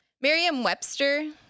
Merriam-Webster